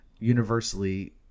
universally